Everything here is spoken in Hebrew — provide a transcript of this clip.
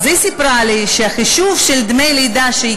ואז היא סיפרה לי שהחישוב של דמי הלידה שהיא